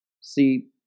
See